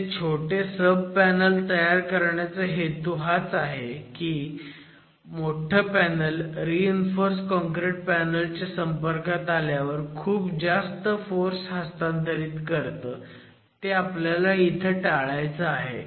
असे छोटे सबपॅनल करण्याचा हेतू हाच आहे की मोठं पॅनल रीइन्फोर्स काँक्रिट पॅनल च्या संपर्कात आल्यावर खूप जास्त फोर्स हस्तांतरित करतं ते टाळायचं आहे